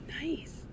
Nice